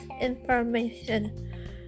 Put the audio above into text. information